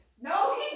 No